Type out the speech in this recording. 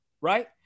right